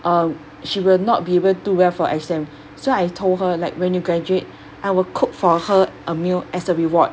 um she will not be able to do well for exam so I told her like when you graduate I will cook for her a meal as a reward